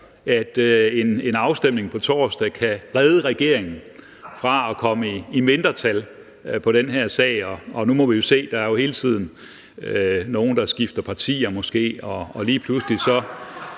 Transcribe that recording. at en afstemning på torsdag kan redde regeringen fra at komme i mindretal på den her sag. Nu må vi jo se. Der er jo hele tiden nogle, der skifter parti, og lige pludselig kan